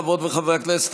חברות וחברי הכנסת,